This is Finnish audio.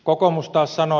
kokoomus taas sanoo